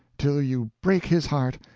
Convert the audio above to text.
till you break his heart,